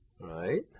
right